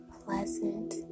pleasant